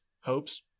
hopes